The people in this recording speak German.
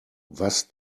was